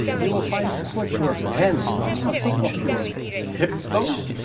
you will find it to put your hands on top of your hip bones.